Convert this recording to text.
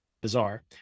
bizarre